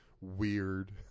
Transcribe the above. weird